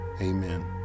Amen